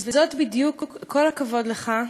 כל הכבוד לך.